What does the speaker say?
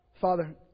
Father